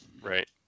Right